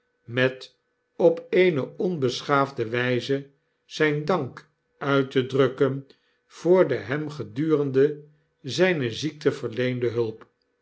met op eene onbeschaafde wyze zyn dank uit te drukken voor de hem gedurende zyne ziekte verleende hulp